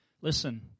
listen